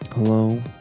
Hello